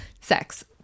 Sex